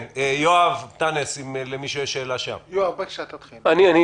אני רוצה לדלג לסוף